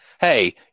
hey